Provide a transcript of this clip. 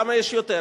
למה יש יותר,